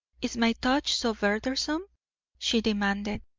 is my touch so burdensome? she demanded.